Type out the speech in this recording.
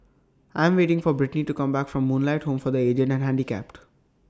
I Am waiting For Britni to Come Back from Moonlight Home For The Aged and Handicapped